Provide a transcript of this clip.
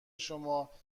شما